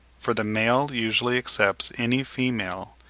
for the male usually accepts any female,